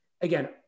again